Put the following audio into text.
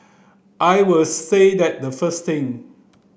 I would say that the first thing